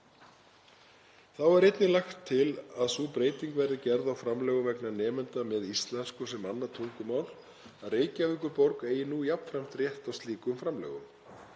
Þá er einnig lagt til að sú breyting verði gerð á framlögum vegna nemenda með íslensku sem annað tungumál að Reykjavíkurborg eigi nú jafnframt rétt á slíkum framlögum.